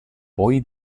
poi